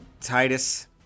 Titus